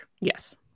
Yes